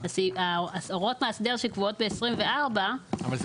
והוראות מאסדר שקבועות ב-24 --- אבל,